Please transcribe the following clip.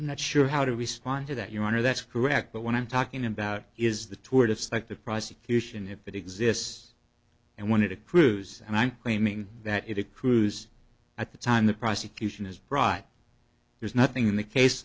i'm not sure how to respond to that your honor that's correct but what i'm talking about is the toward of selective prosecution if it exists and wanted a cruise and i'm claiming that it accrues at the time the prosecution is right there's nothing in the case